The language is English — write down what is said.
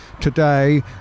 today